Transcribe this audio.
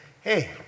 hey